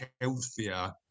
healthier